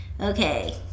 okay